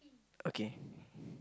okay